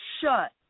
shut